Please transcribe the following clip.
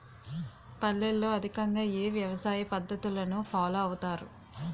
పల్లెల్లో అధికంగా ఏ వ్యవసాయ పద్ధతులను ఫాలో అవతారు?